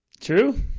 True